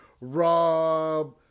Rob